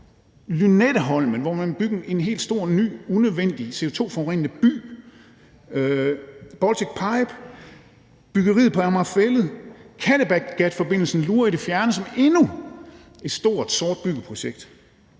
Lynetteholmen, hvor man vil bygge en helt ny, stor og unødvendig CO2-forurenende by; Baltic Pipe; byggeriet på Amager Fælled; Kattegatforbindelsen, der lurer i det fjerne som endnu et stort sort byggeprojekt.